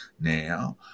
now